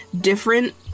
different